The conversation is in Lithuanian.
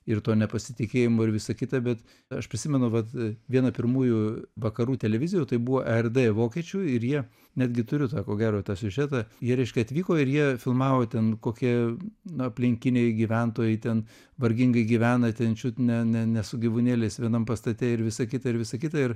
ir to nepasitikėjimo ir visa kita bet aš prisimenu kad vieną pirmųjų vakarų televizijų tai buvo erd vokiečių ir jie netgi turiu tą ko gero tą siužetą jie reiškia atvyko ir jie filmavo ten kokie aplinkiniai gyventojai ten vargingai gyvena ten čiut ne ne ne su gyvūnėliais vienam pastate ir visa kita ir visa kita ir